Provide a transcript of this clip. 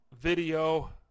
video